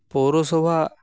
ᱯᱳᱨᱚᱥᱚᱵᱷᱟ